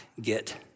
get